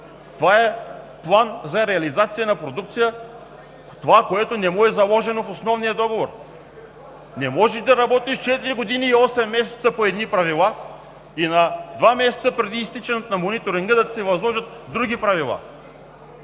Това е план за реализация на продукция, което не му е заложено в основния договор. Не може да работиш четири години и осем месеца по едни правила и два месеца преди изтичането на мониторинга да ти се възложат други правила.